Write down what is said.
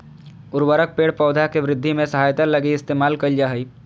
उर्वरक पेड़ पौधा के वृद्धि में सहायता लगी इस्तेमाल कइल जा हइ